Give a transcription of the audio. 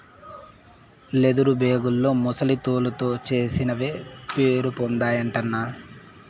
leather బేగుల్లో ముసలి తోలుతో చేసినవే పేరుపొందాయటన్నా